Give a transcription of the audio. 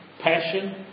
passion